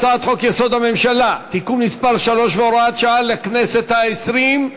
הצעת חוק-יסוד: הממשלה (תיקון מס' 3 והוראת שעה לכנסת ה-20),